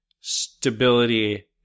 stability